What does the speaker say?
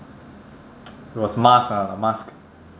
it was masked lah masked